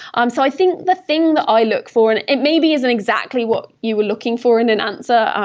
um so i think the thing that i look forward, it maybe isn't exactly what you were looking for in an answer,